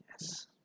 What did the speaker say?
Yes